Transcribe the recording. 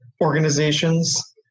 organizations